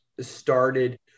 started